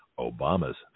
Obama's